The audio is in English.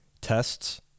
Tests